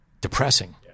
depressing